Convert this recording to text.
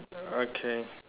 okay